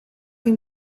een